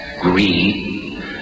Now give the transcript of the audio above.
greed